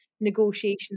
negotiation